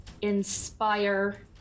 inspire